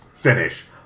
finish